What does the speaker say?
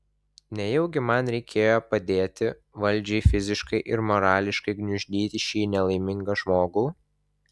nejaugi man reikėjo padėti valdžiai fiziškai ir morališkai gniuždyti šį nelaimingą žmogų